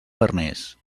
farners